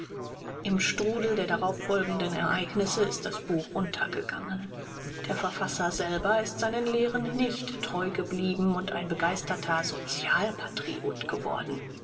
im strudel der darauffolgenden ereignisse ist das buch untergegangen der verfasser selber ist seinen lehren nicht treu geblieben und ein begeisterter sozialpatriot geworden